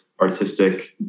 artistic